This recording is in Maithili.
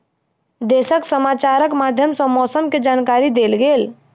देशक समाचारक माध्यम सॅ मौसम के जानकारी देल गेल